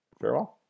Farewell